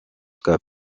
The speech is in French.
cap